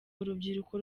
urubyiruko